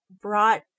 brought